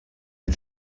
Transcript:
you